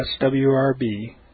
swrb